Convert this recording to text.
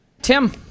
Tim